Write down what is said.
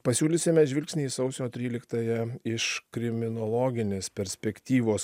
pasiūlysime žvilgsnį į sausio tryliktąją iš kriminologinės perspektyvos